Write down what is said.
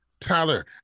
tyler